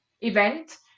event